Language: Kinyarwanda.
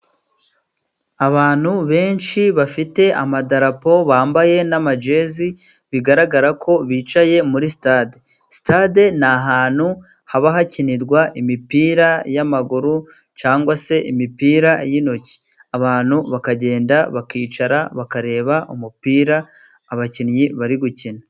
Abantu benshi bafite amadarapo, bambaye n'amajezi, bigaragara ko bicaye muri sitade. Sitade ni ahantu haba hakinirwa imipira y'amaguru cyangwa se imipira y'intoki, abantu bakagenda bakicara bakareba umupira abakinnyi bari gukina.